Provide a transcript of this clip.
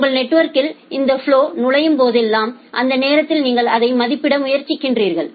உங்கள் நெட்வொர்கில் இந்த ப்லொவிள் நுழையும்போதெல்லாம்அந்த நேரத்தில் நீங்கள் அதை மதிப்பிட முயற்சிக்கிறீர்கள்